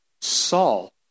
Saul